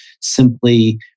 simply